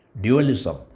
dualism